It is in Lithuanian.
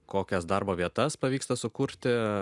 kokias darbo vietas pavyksta sukurti